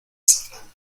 azafrán